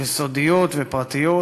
וסודיות ופרטיות,